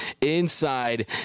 inside